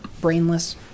brainless